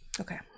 okay